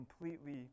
completely